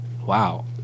wow